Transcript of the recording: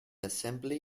assembly